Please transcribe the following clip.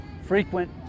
frequent